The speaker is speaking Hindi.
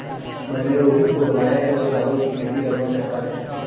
मैंने रोहित को बताया कि वह चावल की खेती करना चाहता है